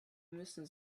müssen